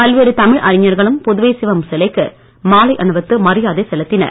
பல்வேறு தமிழ் அறிஞர்களும் புதுவைச் சிவம் சிலைக்கு மாலை அணிவித்து மரியாதை செலுத்தினர்